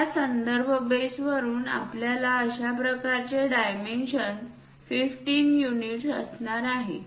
त्या संदर्भ बेस वरून आपल्याकडे अशा प्रकारचे डायमेन्शन 15 युनिट्स असणार आहेत